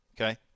Okay